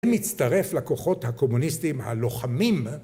אני מצטרף לכוחות הקומוניסטים הלוחמים